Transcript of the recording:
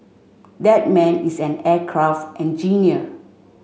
that man is an aircraft engineer